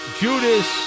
Judas